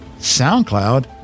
SoundCloud